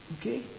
okay